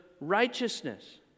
righteousness